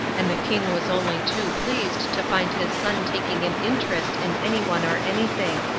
and the king was only too pleased to find his son taking an interest in anyone or anything.